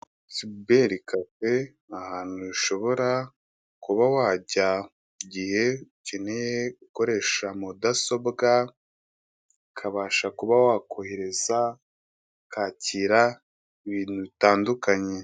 suberi kafe ntahantu bi ushobora kuba wajya igihe ukeneye ukoresha mudasobwa, ukabasha kuba wakohereza kwakira ibintu bitandukanye.